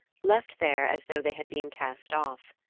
left there as though they had been cast off.